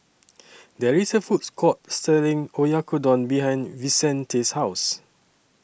There IS A Food Court Selling Oyakodon behind Vicente's House